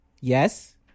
Yes